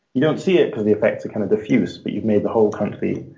you don't see it because the effects are kind of diffuse, but you've made the whole country